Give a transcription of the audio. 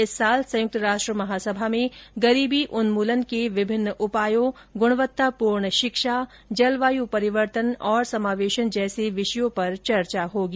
इस वर्ष संयुक्त राष्ट्र महासभा में गरीबी उन्मूलन के विभिन्न उपायों गुणवत्तापूर्ण शिक्षा जलवायु परिवर्तन और समावेशन जैसे विषयों पर चर्चा होगी